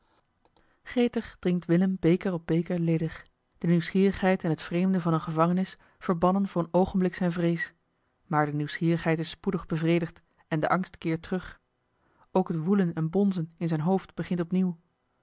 gretig drinkt willem beker op beker ledig de nieuwsgierigheid en t vreemde van eene gevangenis verbannen voor een oogenblik zijne vrees maar de nieuwsgierigheid is spoedig bevredigd en de angst keert terug ook het woelen en bonzen in zijn hoofd begint opnieuw